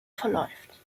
verläuft